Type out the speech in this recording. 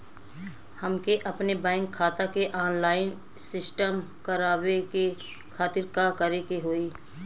हमके अपने बैंक खाता के ऑनलाइन सिस्टम करवावे के खातिर का करे के होई?